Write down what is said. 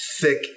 thick